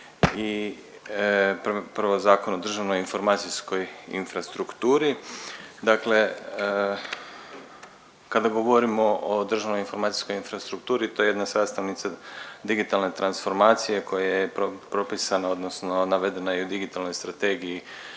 i prvo Zakon o državnoj informacijskoj infrastrukturi. Dakle kada govorimo o državnoj informacijskoj infrastrukturi to je jedna sastavnica digitalne transformacije koja je propisana odnosno navedena je i u digitalnoj strategiji